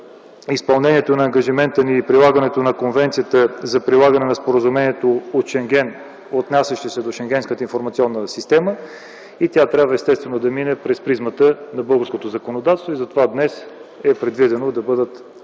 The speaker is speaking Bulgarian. изпълнението на ангажимента ни и прилагането на Конвенцията за прилагане на Споразумението от Шенген, отнасящи се до Шенгенската информационна система и трябва да мине естествено през призмата на българското законодателство. Затова днес е предвидено да бъдат